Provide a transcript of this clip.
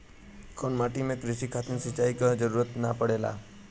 कउना माटी में क़ृषि खातिर सिंचाई क जरूरत ना पड़ेला?